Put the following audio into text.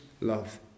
love